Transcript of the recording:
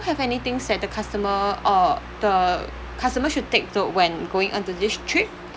have anythings that the customer uh the customer should take note when we going onto this trip